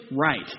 right